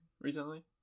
recently